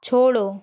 छोड़ो